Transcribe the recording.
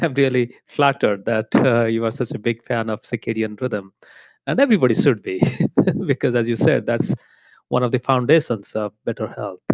really flattered that you are such a big fan of circadian rhythm and everybody certainly because as you said, that's one of the foundations of better health. but